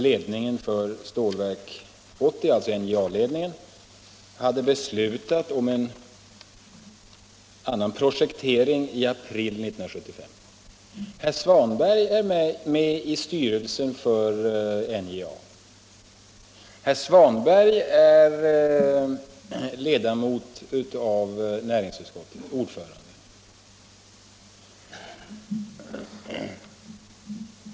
Ledningen för Stålverk 80 — alltså NJA-ledningen — hade nämligen beslutat om en annan projektering i april 1975. Herr Svanberg är med i styrelsen för NJA och herr Svanberg är ledamot av näringsutskottet — han är dess ordförande.